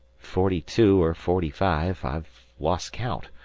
forty-two or forty-five. i've lost count,